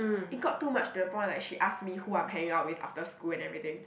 it got too much to the point like she ask me who I'm hanging out with after school and everything